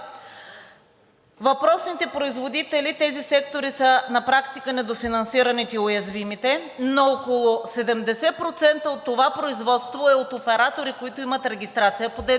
Въпросните производители в тези сектори на практика са недофинансирани и уязвими, но около 70% от това производство е от оператори, които имат регистрация по ДДС,